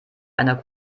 einer